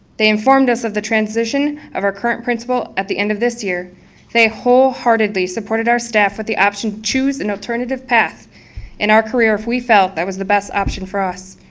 they informed us of the transition of our current principal at the end of this year they wholeheartedly supported our staff with the option to choose an alternative path in our career if we felt that was the best option for us.